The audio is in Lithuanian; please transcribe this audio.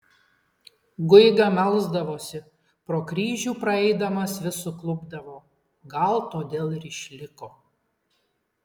guiga melsdavosi pro kryžių praeidamas vis suklupdavo gal todėl ir išliko